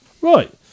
Right